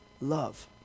love